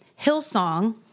Hillsong